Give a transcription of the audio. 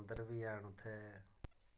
मंदर बी हैन उत्थें